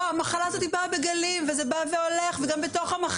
על כך באמת תודה